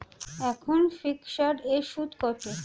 এখন ফিকসড এর সুদ কত?